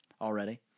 already